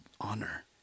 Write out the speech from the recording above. honor